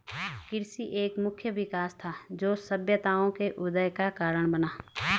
कृषि एक मुख्य विकास था, जो सभ्यताओं के उदय का कारण बना